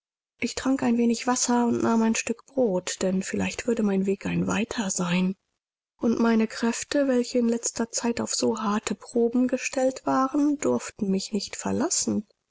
ich trank ein wenig wasser und nahm ein stück brot denn vielleicht würde mein weg ein weiter sein und meine kräfte welche in letzter zeit auf so harte proben gestellt waren durften mich nicht verlassen